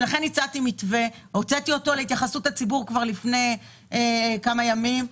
הצעתי מתווה שהוצאתי אותו להתייחסות הציבור כבר לפני כמה ימים.